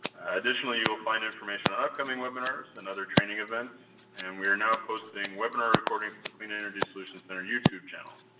additionally you will find information on upcoming webinars and other training events and we are not posting webinar recordings to the clean energy solutions center youtube channel.